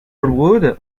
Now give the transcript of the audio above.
road